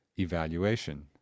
Evaluation